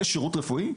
זה שירות רפואי?